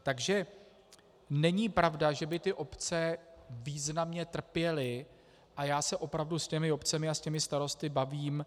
Takže není pravda, že by ty obce významně trpěly, a já se opravdu s těmi obcemi a s těmi starosty bavím.